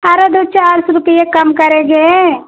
अरे दो चार सौ रुपया कम करेंगे